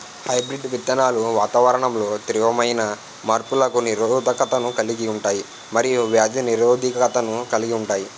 hybrid విత్తనాలు వాతావరణంలో తీవ్రమైన మార్పులకు నిరోధకతను కలిగి ఉంటాయి మరియు వ్యాధి నిరోధకతను కలిగి ఉంటాయి